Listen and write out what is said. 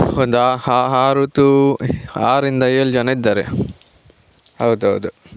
ಒಂದು ಆರರದ್ದು ಆರರಿಂದ ಏಳು ಜನ ಇದ್ದಾರೆ ಹೌದೌದು